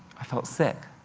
i felt sick.